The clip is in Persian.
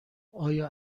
آیا